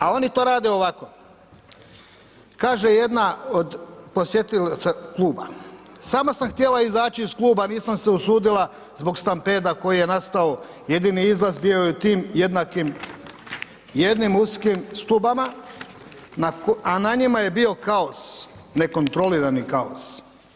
A oni to rade ovako, kaže jedna od posjetiteljica kluba, samo sam htjela izaći iz kluba nisam se usudila zbog stampeda koji je nastao jedini izlaz bio je u tim jednakim jednim uskim stubama, a njima je bio kaos, nekontrolirani kaos.